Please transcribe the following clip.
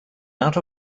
out